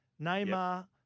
Neymar